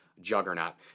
Juggernaut